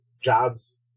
jobs